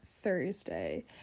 Thursday